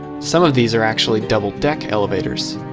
some of these are actually double-deck elevators.